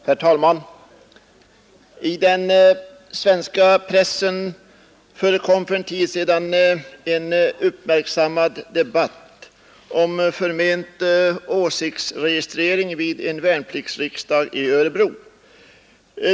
Herr talman! I den svenska pressen förekom för en tid sedan en uppmärksammad debatt om förment åsiktsregistrering vid en värnpliktsriksdag i Örebro.